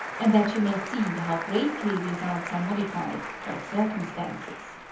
and that you may see how greatly results are modified by circumstances.